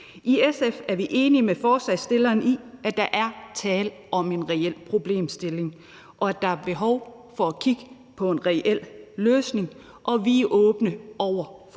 I SF er vi enige med forslagsstillerne i, at der er tale om en reel problemstilling, og at der er behov for at kigge på en reel løsning, og vi er åbne over for alle